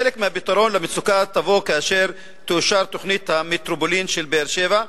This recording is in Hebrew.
חלק מהפתרון למצוקה יבוא כאשר תאושר תוכנית המטרופולין של באר-שבע,